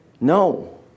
No